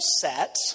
set